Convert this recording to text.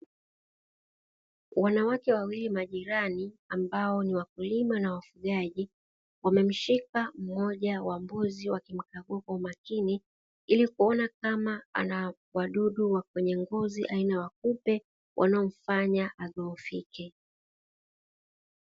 Wanawake wawili majirani ambao ni wakulima na wafugaji, wamemshika mmoja wa mbuzi wa kimkagua kwa umakini ili kuona kama ana wadudu wa kwenye ngozi aina ya kupe wanaomfanya adhoofike.